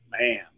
man